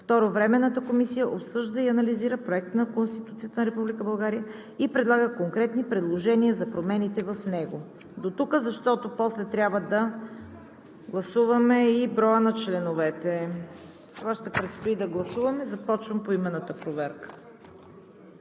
Временната комисия обсъжда и анализира Проекта на Конституцията на Република България и предлага конкретни предложения за промени в него. …“– Дотук, защото после трябва да гласуваме и броя на членовете. Това ще предстои да гласуваме. Започвам поименната проверка.